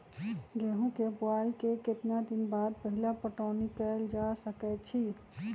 गेंहू के बोआई के केतना दिन बाद पहिला पटौनी कैल जा सकैछि?